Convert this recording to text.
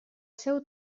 seu